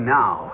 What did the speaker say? now